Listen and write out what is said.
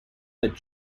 that